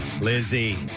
Lizzie